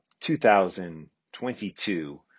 2022